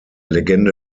legende